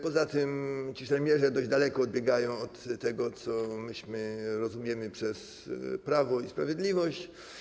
Poza tym ci szermierze dość daleko odbiegają od tego, co my rozumiemy przez prawo i sprawiedliwość.